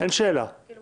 משהו